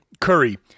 Curry